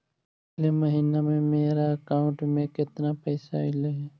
पिछले महिना में मेरा अकाउंट में केतना पैसा अइलेय हे?